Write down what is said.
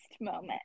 moment